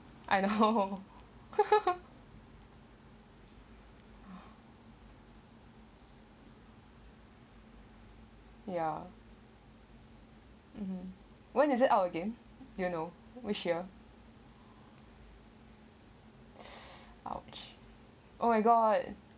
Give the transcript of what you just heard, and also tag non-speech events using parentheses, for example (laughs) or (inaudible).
I don't know (laughs) ya mm when is it out again do you know which year (noise) !ouch! oh my god